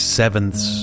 sevenths